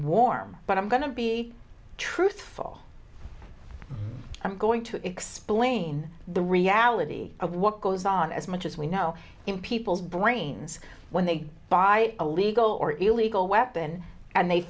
warm but i'm going to be truthful i'm going to explain the reality of what goes on as much as we know in people's brains when they buy a legal or illegal weapon and they